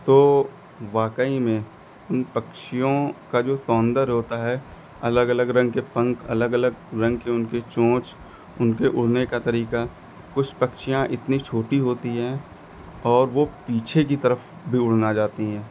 तो वाकई में उन पक्षियों का जो सौन्दर्य होता है अलग अलग रंग के पंख अलग अलग रंग की उनकी चोंच उनके उड़ने का तरीका कुछ पक्षियाँ इतनी छोटी होती हैं और वह पीछे की तरफ भी उड़ना जाती हैं